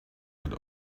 had